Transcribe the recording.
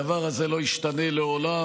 הדבר הזה לא ישתנה לעולם.